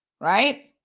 right